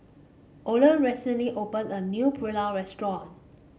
Ole recently opened a new Pulao restaurant